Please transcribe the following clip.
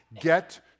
Get